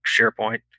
sharepoint